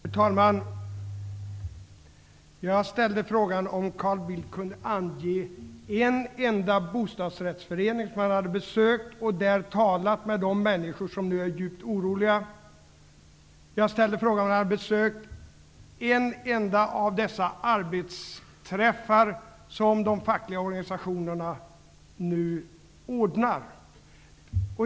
Fru talman! Jag ställde frågan om Carl Bildt kunde ange en enda bostadsrättsförening som han hade besökt och där han hade talat med de människor som nu är djupt oroliga. Jag frågade om han hade besökt en enda av de arbetsträffar som de fackliga organisationerna ordnar.